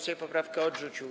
Sejm poprawkę odrzucił.